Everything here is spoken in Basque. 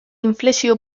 inflexio